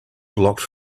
blocked